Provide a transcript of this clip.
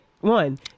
one